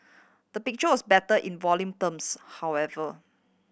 the picture was better in volume terms however